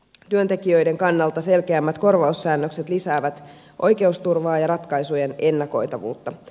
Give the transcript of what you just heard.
työntekijöiden kannalta selkeämmät korvaussäännökset lisäävät oikeusturvaa ja ratkaisujen ennakoitavuutta